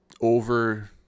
over